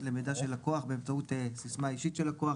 למידע של לקוח באמצעות סיסמה אישית של לקוח.